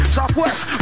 Southwest